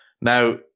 Now